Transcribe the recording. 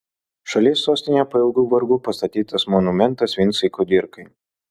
šalies sostinėje po ilgų vargų pastatytas monumentas vincui kudirkai